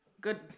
Good